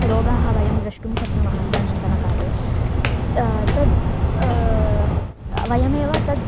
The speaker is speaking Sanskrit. रोगाः वयं द्रष्टुं शक्नुमः इदानींतनकाले तद् वयमेव तद्